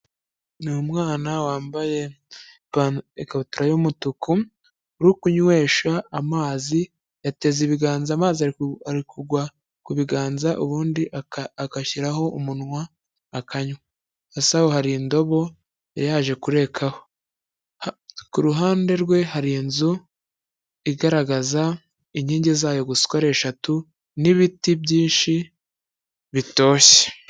Ni umwana wambaye ikabutura y'umutuku uri kunywa amazi, yateze ibiganza amazi akagwa ku biganza ubundi agashyiraho umunwa akanywa. Hasi aho hari indobo yari yaje kurekamo, iruhande rwe hari inzu igaragaza inkingi zayo zose uko ari eshatu n'ibiti byinshi bitoshye.